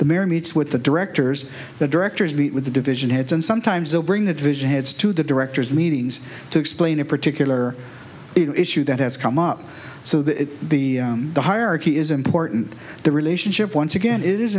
meets with the directors the directors meet with the division heads and sometimes they'll bring the division heads to the directors meetings to explain a particular issue that has come up so that the hierarchy is important the relationship once again it is